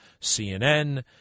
CNN